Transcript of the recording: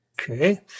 Okay